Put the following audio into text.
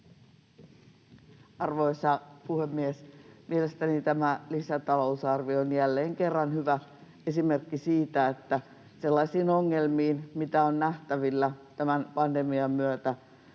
Arvoisa puhemies! Mielestäni tämä lisätalousarvio on jälleen kerran hyvä esimerkki siitä, että sellaisiin ongelmiin, mitä on nähtävillä tämän pandemian myötä,